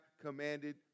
commanded